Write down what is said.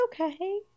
okay